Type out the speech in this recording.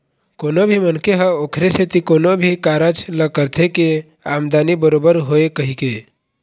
कोनो भी मनखे ह ओखरे सेती कोनो भी कारज ल करथे के आमदानी बरोबर होवय कहिके